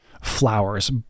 flowers